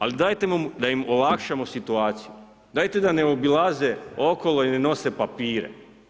Ali dajte da im olakšamo situaciju, dajte da ne obilaze okolo i ne nose papire.